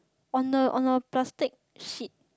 on the on a plastic sheet